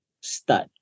start